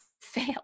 fail